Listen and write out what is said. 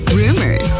rumors